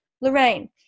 Lorraine